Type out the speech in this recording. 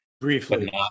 Briefly